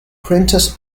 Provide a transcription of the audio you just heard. princess